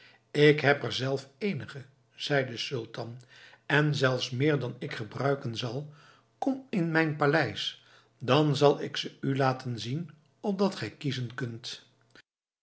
ik heb er zelf eenige zei de sultan en zelfs meer dan ik gebruiken zal komt in mijn paleis dan zal ik ze u laten zien opdat gij kiezen kunt